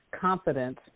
confidence